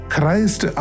Christ